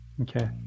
Okay